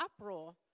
uproar